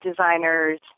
designers